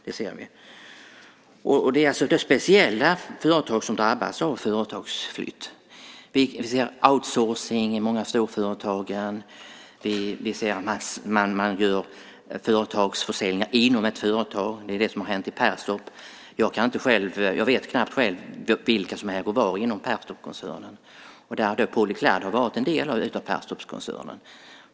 Det är speciella företag som drabbas av företagsflytt. Vi ser outsourcing i många av storföretagen. Man gör företagsförsäljningar inom ett företag. Det är det som har hänt i Perstorp. Jag vet knappt själv vem som äger vad inom Perstorpskoncernen, och Polyclad har varit en del av just Perstorpskoncernen.